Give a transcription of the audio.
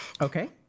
okay